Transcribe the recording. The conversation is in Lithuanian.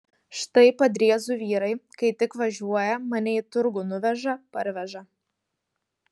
štai padriezų vyrai kai tik važiuoja mane į turgų nuveža parveža